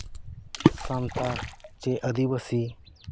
ᱥᱟᱱᱛᱟᱲ ᱪᱮ ᱟᱹᱫᱤᱵᱟᱹᱥᱤ